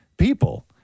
people